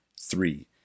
three